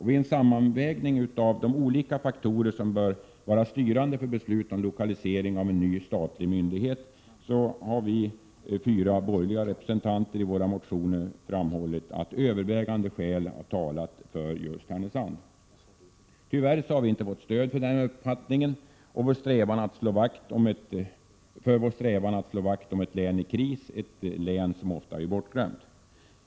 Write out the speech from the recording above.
Vid en sammanvägning av de olika faktorer som bör vara styrande för beslut om lokalisering av en ny statlig myndighet har vi fyra borgerliga representanter i våra motioner framhållit att övervägande skäl har talat just för Härnösand. Tyvärr har vi inte fått stöd för denna uppfattning eller för vår strävan att slå vakt om ett län i kris, ett län som ofta blir bortglömt.